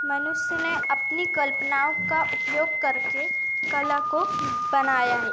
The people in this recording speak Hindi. मनुष्य ने अपनी कल्पनाओं का उपयोग करके कला को बनाया है